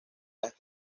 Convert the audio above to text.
las